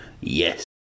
Yes